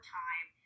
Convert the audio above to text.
time